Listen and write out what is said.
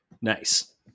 Nice